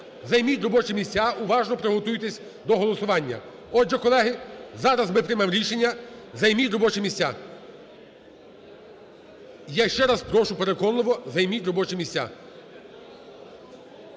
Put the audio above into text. займіть робочі місця, уважно приготуйтеся до голосування. Отже, колеги, зараз ми приймемо рішення, займіть робочі місця, я ще раз прошу переконливо, займіть робочі місця.